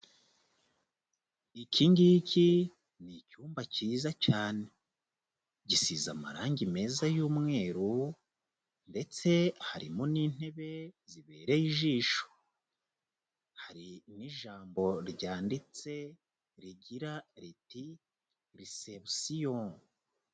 Iki ngiki ni icyumba cyiza cyane. Gisize amarangi meza y'umweru ndetse harimo n'intebe zibereye ijisho. Hari n'ijambo ryanditse rigira riti "Reception."